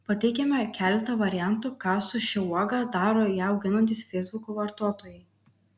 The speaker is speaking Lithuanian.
pateikiame keletą variantų ką su šia uoga daro ją auginantys feisbuko vartotojai